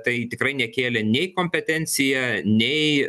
tai tikrai nekėlė nei kompetencija nei